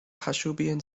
kashubian